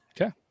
Okay